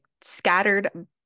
scattered